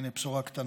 הינה, בשורה קטנה.